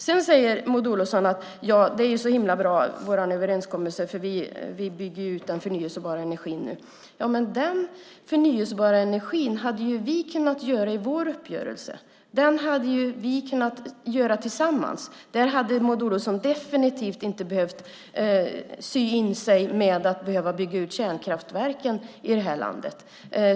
Sedan säger Maud Olofsson att det är så bra med deras överenskommelse för att de bygger ut den förnybara energin. Men den förnybara energin hade vi kunnat göra i vår uppgörelse. Den hade vi kunnat göra tillsammans. Där hade Maud Olofsson definitivt inte behövt sy in sig med att behöva bygga ut kärnkraftverken i det här landet.